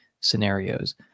scenarios